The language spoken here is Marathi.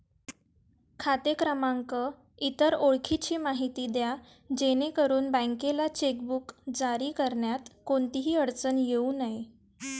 खाते क्रमांक, इतर ओळखीची माहिती द्या जेणेकरून बँकेला चेकबुक जारी करण्यात कोणतीही अडचण येऊ नये